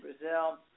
Brazil